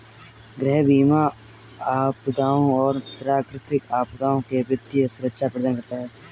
गृह बीमा आपदाओं और प्राकृतिक आपदाओं से वित्तीय सुरक्षा प्रदान करता है